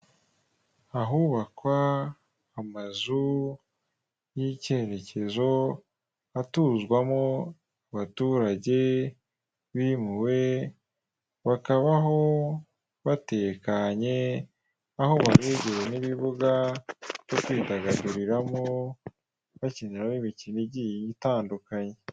Ahubakwa amazu y'icyerekezo atuzwamo abaturage bimuwe bakabaho batekanye aho baba begereye n'ibibuga byo kwidagaduriramo bakiniraho imikino igiye itandukanye.